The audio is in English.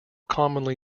commonly